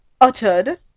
uttered